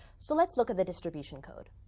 so let's look at the distribution code.